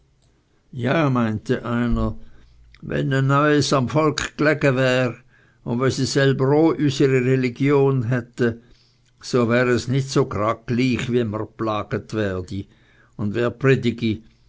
ja meinte einer we's ne neuis am volk glege wär u we si selber o üsi religion hätte so wär es ne nit so graglych wie mr plaget werde u wer predigi